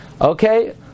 Okay